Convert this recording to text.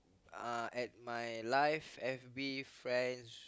uh at my life F_B friends